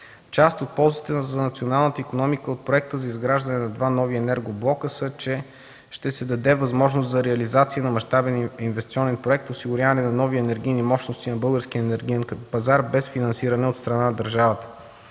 Част от ползите за националната икономика от проекта за изграждане на два нови енергоблока са, че ще се даде възможност за реализация на мащабен инвестиционен проект и осигуряване на нови енергийни мощности на българския енергиен пазар без финансиране от страна на държавата.